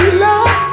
love